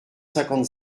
cinquante